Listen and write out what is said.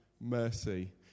mercy